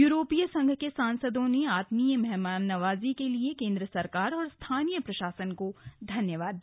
यूरोपीय संघ के सांसदों ने आत्मीय मेहमाननवाजी के लिए केन्द्र सरकार और स्थानीय प्रशासन का धन्यवाद किया